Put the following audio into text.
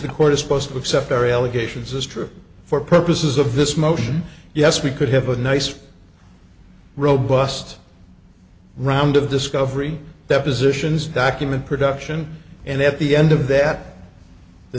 the court is supposed to accept their allegations as true for purposes of this motion yes we could have a nice robust round of discovery depositions document production and at the end of that the